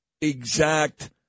exact